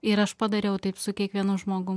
ir aš padariau taip su kiekvienu žmogum